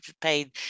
paid